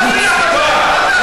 חוצפה,